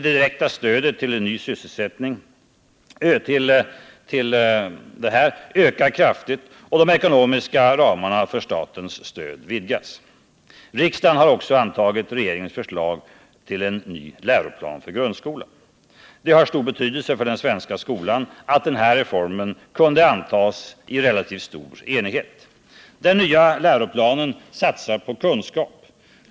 Det direkta stödet till ny sysselsättning ökar kraftigt och de ekonomiska ramarna för statens stöd vidgas. Riksdagen har också antagit regeringens förslag till ny läroplan för grundskolan. Det har stor betydelse för den svenska skolan att denna skolreform kunde antas i relativt stor enighet. Den nya läroplanen satsar på kunskap.